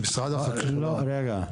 רגע,